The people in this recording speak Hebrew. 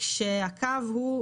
כשהקו הוא,